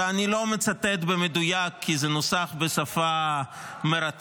ואני לא מצטט במדויק כי זה נוסח בשפה מרתקת,